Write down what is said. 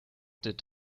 did